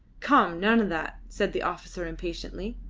come! none of that, said the officer impatiently.